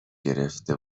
گرفته